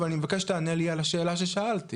אבל אני מבקש שתענה לי על השאלה ששאלתי.